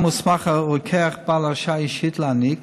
מוסמך רוקח בעל הרשאה אישית להעניק,